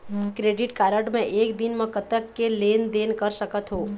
Credit card मे एक दिन म कतक के लेन देन कर सकत हो?